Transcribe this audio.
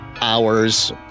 hours